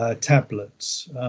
Tablets